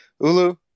Ulu